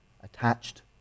attached